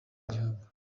igihugu